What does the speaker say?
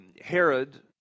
Herod